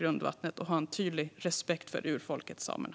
Och vi ska ha en tydlig respekt för urfolket samerna.